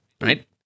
right